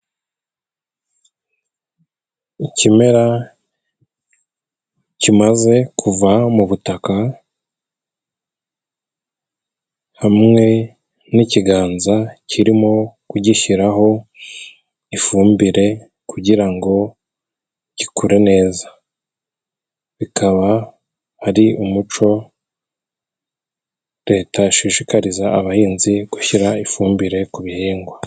Ikimera kimaze kuva mu butaka hamwe n'ikiganza kirimo kugishyiraho ifumbire kugira ngo gikure neza, bikaba ari umuco Leta ishishikariza abahinzi gushyira ifumbire ku bihingwa.